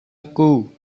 aku